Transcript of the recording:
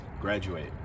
graduate